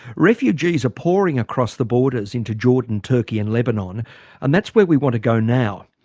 refugees are pouring across the borders into jordan, turkey and lebanon and that's where we want to go now.